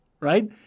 right